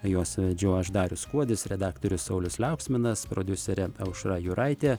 juos vedžiau aš darius kuodis redaktorius saulius liauksminas prodiuserė aušra juraitė